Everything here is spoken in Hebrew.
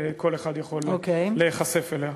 וכל אחד יכול להיחשף אליה.